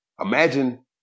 imagine